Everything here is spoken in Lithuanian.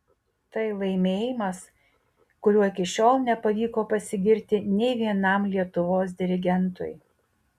tai laimėjimas kuriuo iki šiol nepavyko pasigirti nei vienam lietuvos dirigentui